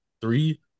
three